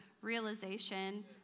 realization